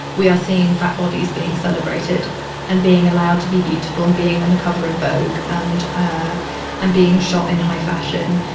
we are seeing fat bodies being celebrated and being allowed to be beautiful and being on the cover of vogue and, ah and being shot in high fashion.